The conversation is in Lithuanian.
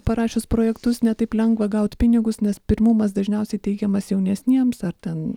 parašius projektus ne taip lengva gaut pinigus nes pirmumas dažniausiai teikiamas jaunesniems ar ten